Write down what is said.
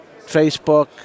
Facebook